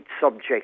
subject